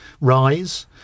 rise